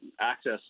access